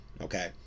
Okay